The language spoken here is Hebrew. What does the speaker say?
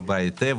בה היטב.